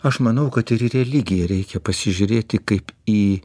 aš manau kad ir į religiją reikia pasižiūrėti kaip į